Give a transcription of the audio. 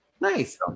Nice